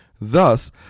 Thus